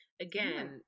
Again